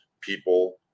people